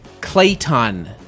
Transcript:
Clayton